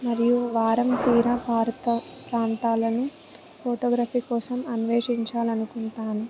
మరియు వారం తీర హారుత ప్రాంతాలను ఫోటోగ్రఫీ కోసం అన్వేషించాలనుకుంటాను